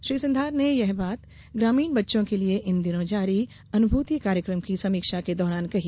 श्री सिंघार ने यह बात ग्रामीण बच्चों के लिये इन दिनों जारी अनुभूति कार्यक्रम की समीक्षा के दौरान कही